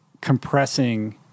compressing